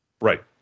right